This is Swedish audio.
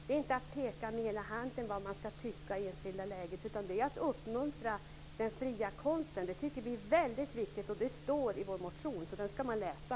Det är inte att peka med hela handen och säga vad man ska tycka i det enskilda läget, utan det är att uppmuntra den fria konsten. Det tycker vi är väldigt viktigt, och det står i vår motion. Den ska man läsa.